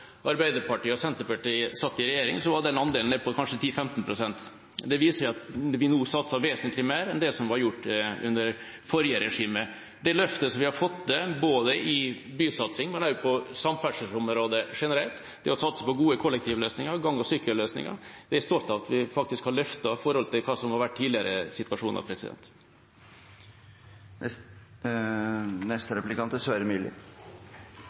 SV, Arbeiderpartiet og Senterpartiet satt i regjering, var den andelen nede på kanskje 10–15 pst. Det viser at vi nå satser vesentlig mer enn det som var gjort under forrige regime. Det løftet som vi har fått til i forhold til hva som har vært tidligere når det gjelder bysatsing, men også på samferdselsområdet generelt, det å satse på gode kollektivløsninger, gang- og sykkelløsninger, er jeg er stolt av. Helge Orten, som representant for Møre og Romsdal, kjenner godt til hvor viktig ekspressbussrutene i Norge er